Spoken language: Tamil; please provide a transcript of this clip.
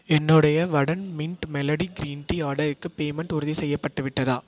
என்னுடைய வடம் மின்ட் மெலடி க்ரீன் டீ ஆர்டருக்கு பேமெண்ட் உறுதி செய்யப்பட்டு விட்டதா